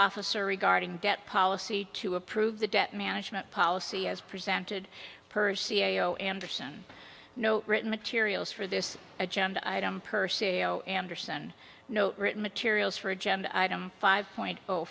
officer regarding debt policy to approve the debt management policy as presented percy a o anderson no written materials for this agenda item per c e o anderson no written materials for agenda item five point